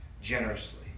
generously